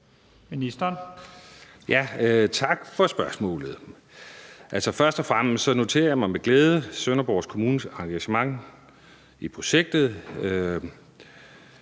Tak for spørgsmålet. Først og fremmest noterer jeg mig med glæde Sønderborg Kommunes engagement i projektet,